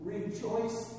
Rejoice